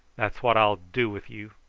that's what i'll do with you.